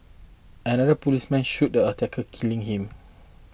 another policeman shot the attacker killing him